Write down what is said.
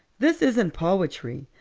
this isn't poetry,